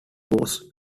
was